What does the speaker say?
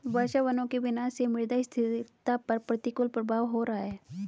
वर्षावनों के विनाश से मृदा स्थिरता पर प्रतिकूल प्रभाव हो रहा है